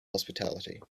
hospitality